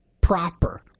proper